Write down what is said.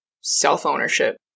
self-ownership